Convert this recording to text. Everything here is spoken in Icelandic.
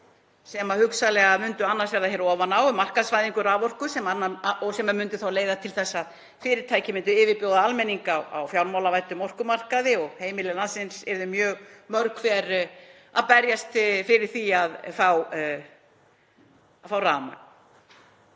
sem hugsanlega myndu annars verða hér ofan á, um markaðsvæðingu raforku sem myndi leiða til þess að fyrirtæki myndu yfirbjóða almenning á fjármálavæddum orkumarkaði og heimili landsins yrðu mörg hver að berjast fyrir því að fá rafmagn.